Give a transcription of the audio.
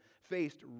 faced